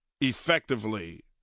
effectively